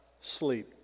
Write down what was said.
sleep